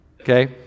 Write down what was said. Okay